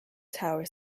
tower